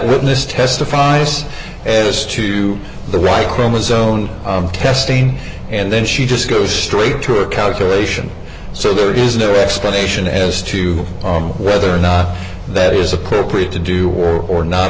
witness testifies as to the right chromosome testing and then she just goes straight through a calculation so there is no explanation as to whether or not that is appropriate to do or not